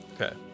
Okay